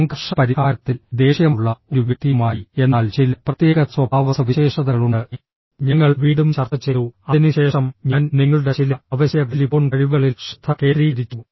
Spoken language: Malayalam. സംഘർഷ പരിഹാരത്തിൽ ദേഷ്യമുള്ള ഒരു വ്യക്തിയുമായി എന്നാൽ ചില പ്രത്യേക സ്വഭാവസവിശേഷതകളുണ്ട് ഞങ്ങൾ വീണ്ടും ചർച്ച ചെയ്തു അതിനുശേഷം ഞാൻ നിങ്ങളുടെ ചില അവശ്യ ടെലിഫോൺ കഴിവുകളിൽ ശ്രദ്ധ കേന്ദ്രീകരിച്ചു